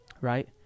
right